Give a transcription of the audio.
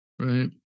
Right